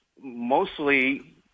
mostly